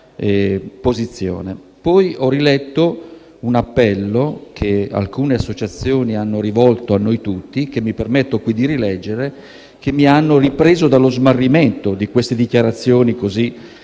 Poi ho riletto un appello che alcune associazioni hanno rivolto a noi tutti, e che mi permetto qui di rileggere, che mi hanno fatto riprendere dallo smarrimento generato da quelle dichiarazioni così accoglienti,